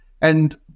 And-